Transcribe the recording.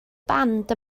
band